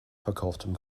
verkauftem